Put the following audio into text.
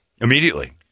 immediately